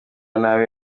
nabi